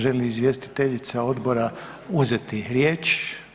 Želi li izvjestiteljica odbora uzeti riječ?